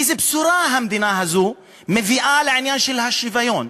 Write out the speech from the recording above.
איזה בשורה המדינה הזאת מביאה לעניין של השוויון,